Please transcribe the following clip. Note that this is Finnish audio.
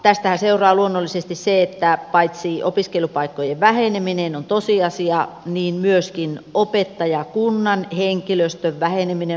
tästähän seuraa luonnollisesti se että paitsi opiskelupaikkojen väheneminen myöskin opettajakunnan henkilöstön väheneminen on tosiasia